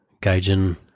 Gaijin